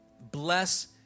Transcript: Bless